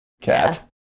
Cat